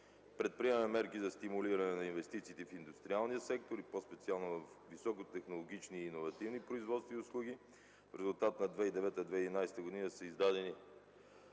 Предприемаме мерки за стимулиране на инвестициите в индустриалния сектор и по-специално във високотехнологични и иновативни производства и услуги. В резултат през 2009-2011 г. са издадени